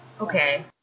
Okay